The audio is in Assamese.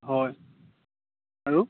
হয় আৰু